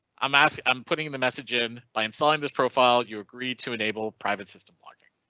i'm asking i'm putting the message in by installing this profile you agree to enable private system blocking.